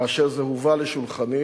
כאשר זה הובא לשולחני